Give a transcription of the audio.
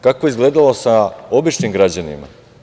Kako je izgledalo sa običnim građanima?